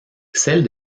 celle